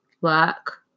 work